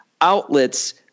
outlets